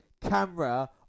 camera